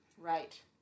Right